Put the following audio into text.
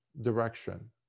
direction